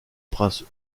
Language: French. prince